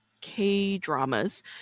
K-dramas